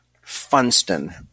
funston